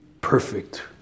perfect